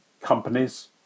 companies